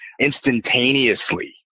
instantaneously